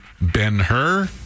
Ben-Hur